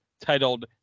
titled